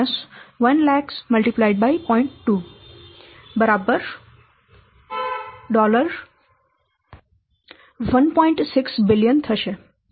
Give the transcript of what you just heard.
2 1600000000 થશે